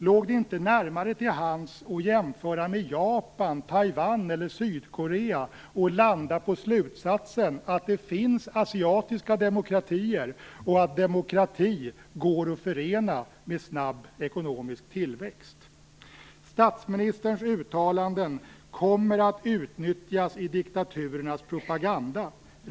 Låg det inte närmare till hands att jämföra med Japan, Taiwan eller Sydkorea och landa på slutsatsen att det finns asiatiska demokratier och att demokrati går att förena med snabb ekonomisk tillväxt? Statsministerns uttalanden kommer att utnyttjas i diktaturernas propaganda.